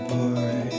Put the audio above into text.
boy